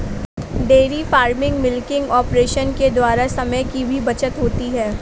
dairy farming milking operation के द्वारा समय की भी बचत होती है